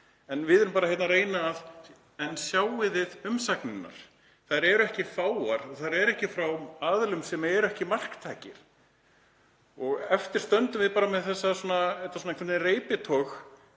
En við erum bara að reyna að segja: Sjáið þið umsagnirnar, þær eru ekki fáar og þær eru ekki frá aðilum sem eru ekki marktækir. Og eftir stöndum við bara með þetta reiptog: